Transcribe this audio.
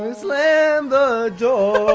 slam the door.